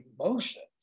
emotions